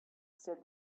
said